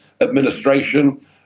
administration